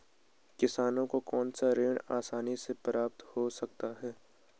किसानों को कौनसा ऋण आसानी से प्राप्त हो सकता है?